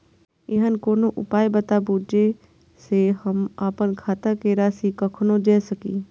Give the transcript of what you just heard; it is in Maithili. ऐहन कोनो उपाय बताबु जै से हम आपन खाता के राशी कखनो जै सकी?